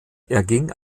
erging